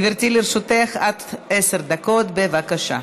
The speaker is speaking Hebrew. גברתי, לרשותך עד עשר דקות, בבקשה.